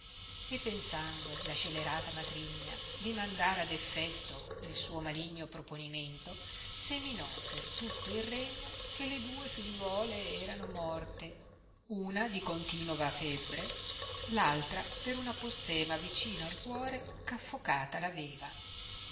e pensando la scelerata matrigna di mandar ad effetto il suo maligno proponimento seminò per tutto il regno che le due figliuole erano morte una di continova febbre l altra per una postema vicina al cuore eh affocata